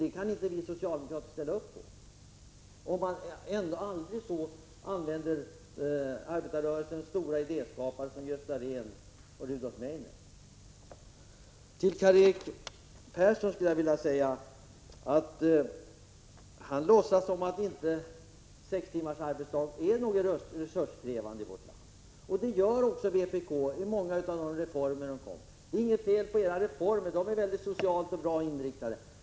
Det kan inte vi socialdemokrater ställa upp på — man må sedan aldrig så mycket hänvisa till arbetarrörelsens stora idéskapare som Gösta Rehn och Rudolf Meidner. Karl-Erik Persson låtsas som om inte sex timmars arbetsdag är resurskrävande i vårt land. Så gör också vpk när det gäller många av de reformer man föreslår. Det är inget fel på era reformer, de är socialt och bra inriktade.